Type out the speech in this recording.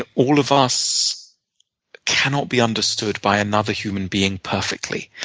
ah all of us cannot be understood by another human being perfectly.